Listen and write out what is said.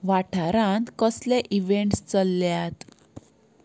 वाठारांत कसले इवेंट्स चल्ल्यात